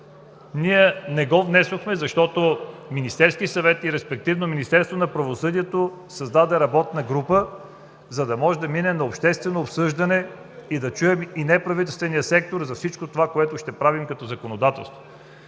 ние не го внесохме, защото Министерският съвет и респективно Министерството на правосъдието създаде работна група, за да може да мине на обществено обсъждане и да чуем и неправителствения сектор за всичко това, което ще правим като законодателство.